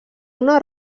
una